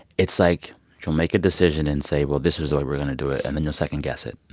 it's like, you'll make a decision and say, well, this is the way we're going to do it, and then you'll second-guess it.